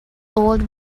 old